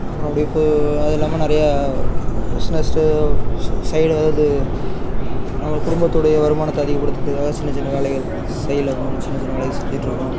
அப்புறோம் அப்டே போ அதுல்லாம நிறையா பிஸ்னஸ்ஸு சை சைட்டில் எதாவது அப்புறோம் குடும்பத்தோடைய வருமானத்தை அதிக படுத்தறதுக்காக சின்ன சின்ன வேலைகள் சைடில் கொஞ்சம் சின்ன சின்ன வேலை செஞ்சிட்டிருக்கோம்